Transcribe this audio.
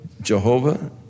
Jehovah